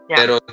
pero